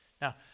Now